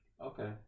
Okay